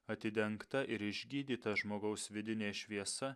atidengta ir išgydyta žmogaus vidinė šviesa